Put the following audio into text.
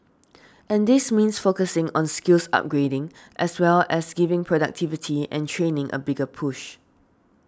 and this means focusing on skills upgrading as well as giving productivity and training a bigger push